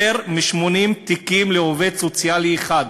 יותר מ-80 תיקים לעובד סוציאלי אחד.